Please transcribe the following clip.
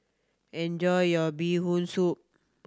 enjoy your Bee Hoon Soup